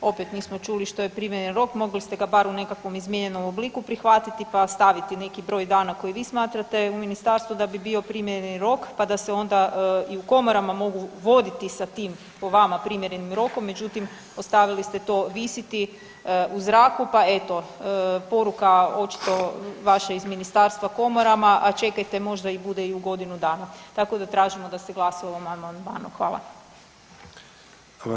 Opet nismo čuli što je primjereni rok, mogli ste ga bar u nekakvom izmijenjenom obliku prihvatiti pa staviti neki broj dana koji vi smatrate u Ministarstvu da bi bio primjereni rok pa da se onda i u komorama mogu voditi sa tim, po vama, primjerenim rokom, međutim, ostavili ste to visiti u zraku pa eto, poruka očito vaše iz Ministarstva komorama, a čekajte, možda i bude u godinu dana, tako da tražimo da se glasuje o ovom amandmanu.